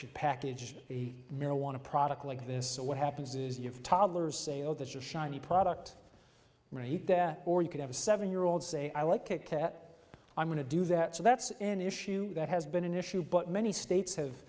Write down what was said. should package a marijuana product like this so what happens is you have toddlers say oh there's a shiny product right that or you could have a seven year old say i like a cat i'm going to do that so that's an issue that has been an issue but many states ha